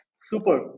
Super